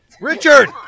Richard